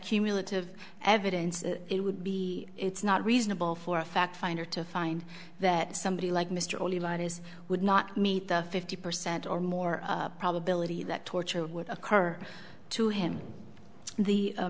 cumulative evidence it would be it's not reasonable for a fact finder to find that somebody like mr only lied is would not meet the fifty percent or more probability that torture would occur to him the